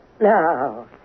Now